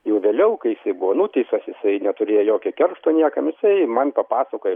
jau vėliau kai jisai buvo nuteistas jisai neturėjo jokio keršto niekam jisai man papasakojo